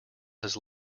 his